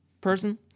person